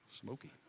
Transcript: smoky